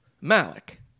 Malik